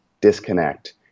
disconnect